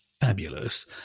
fabulous